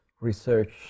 research